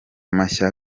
mashya